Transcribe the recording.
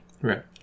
Right